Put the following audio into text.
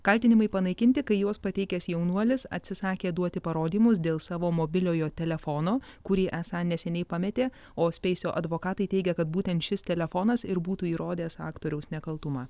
kaltinimai panaikinti kai juos pateikęs jaunuolis atsisakė duoti parodymus dėl savo mobiliojo telefono kurį esą neseniai pametė o speisio advokatai teigia kad būtent šis telefonas ir būtų įrodęs aktoriaus nekaltumą